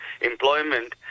employment